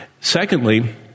Secondly